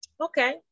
Okay